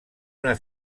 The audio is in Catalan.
una